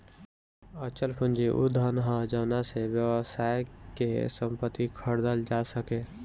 अचल पूंजी उ धन ह जावना से व्यवसाय के संपत्ति खरीदल जा सके